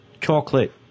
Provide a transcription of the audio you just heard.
chocolate